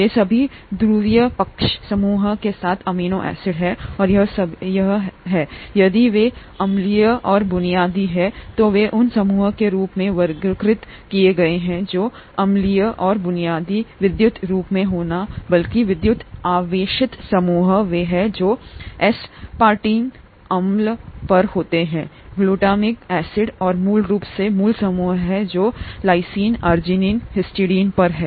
ये सभी ध्रुवीय पक्ष समूह के साथ अमीनो एसिड हैं और यह भी रहा है यदि वे अम्लीय और बुनियादी हैं तो वे उन समूहों के रूप में वर्गीकृत किए गए हैं जो अम्लीय और बुनियादी हैं विद्युत रूप से होना बल्कि विद्युत आवेशित समूह वे हैं जो एसपारटिक अम्ल पर होते हैं और ग्लूटामिक एसिड और मूल रूप से मूल समूह हैं जो लाइसिन आर्जिनिन हिस्टडीन पर हैं